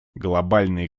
глобальные